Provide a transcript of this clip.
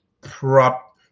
prop